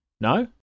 no